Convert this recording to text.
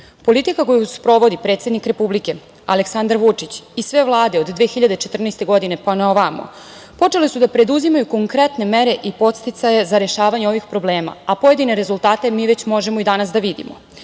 Politika koju sprovodi predsednik Republike Aleksandar Vučić i sve vlade od 2014. godine pa na ovamo, počele su da preduzimaju konkretne mere i podsticaje za rešavanje ovih problema, a pojedine rezultate mi već možemo i danas da vidimo. Mera